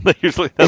Usually